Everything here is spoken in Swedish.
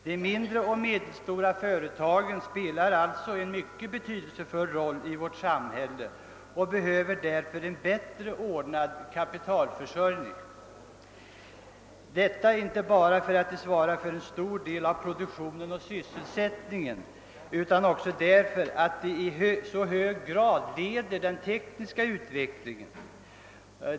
De mindre och medelstora företagen spelar alltså en mycket betydelsefull roll i vårt samhälle och behöver därför en bättre ordnad kapitalförsörjning, detta inte bara därför att de svarar för en stor del av produktionen och sysselsättningen utan också därför att de i så hög grad leder den tekniska utvecklingen.